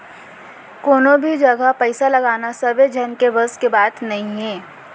कोनो भी जघा पइसा लगाना सबे झन के बस के बात नइये